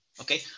Okay